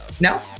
No